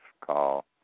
call